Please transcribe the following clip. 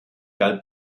galt